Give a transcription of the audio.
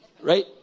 Right